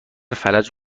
فلج